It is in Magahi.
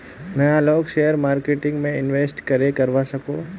नय लोग शेयर मार्केटिंग में इंवेस्ट करे करवा सकोहो?